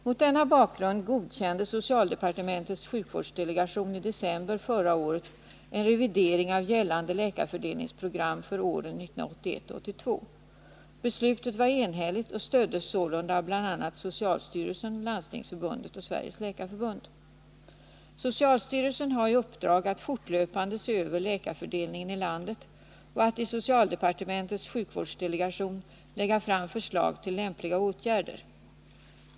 Mot denna bakgrund godkände socialdepartementets sjukvårdsdelegation i december förra året en revidering av gällande läkarfördelningsprogram för åren 1981 och 1982. Beslutet var enhälligt och stöddes sålunda av bl.a. socialstyrelsen, Landstingsförbundet och Sveriges läkarförbund. Socialstyrelsen har i uppdrag att fortlöpande se över läkarfördelningen i landet och att i socialdepartementets sjukvårdsdelegation lägga fram förslag till lämpliga åtgärder.